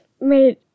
made